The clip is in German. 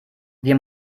wie